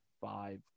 five